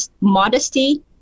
modesty